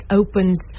opens